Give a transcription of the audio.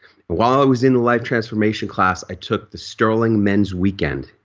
while i was in a life transformation class i took the sterling men's weekend.